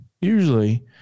usually